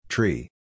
Tree